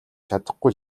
чадахгүй